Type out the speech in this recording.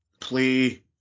play